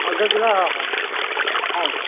ଅଧ କିଲୋ ହଉ ହଉ ହଉ